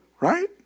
right